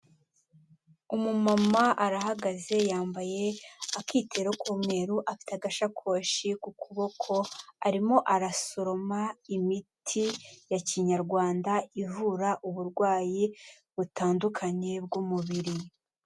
Umumama arahagaze yambaye akitero k'umweru afite agasakoshi k'ukuboko, arimo arasoroma imiti ya kinyarwanda ivura uburwayi butandukanye bw'umubiri.